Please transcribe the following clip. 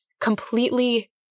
completely